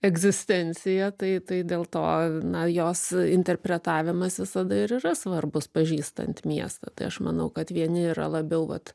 egzistencija tai tai dėl to na jos interpretavimas visada ir yra svarbus pažįstant miestą tai aš manau kad vieni yra labiau vat